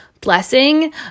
blessing